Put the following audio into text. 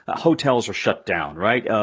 ah hotels are shut down, right?